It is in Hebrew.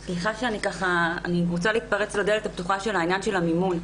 אני רוצה להתפרץ לדלת הפתוחה של עניין המימון.